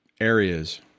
areas